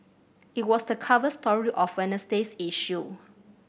it was the cover story of Wednesday's issue